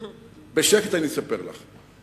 בשקט אני אספר לך.